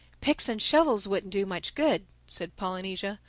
picks and shovels wouldn't do much good, said polynesia.